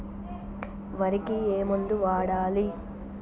వరికి ఏ మందు వాడాలి?